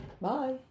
Bye